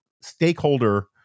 stakeholder